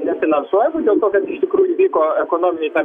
nefinansuojamų dėl to kad iš tikrųjų vyko ekonominiai tam